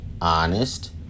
honest